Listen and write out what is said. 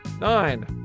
Nine